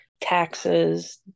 taxes